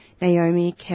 Naomi